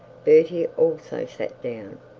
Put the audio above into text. bertie also sat down.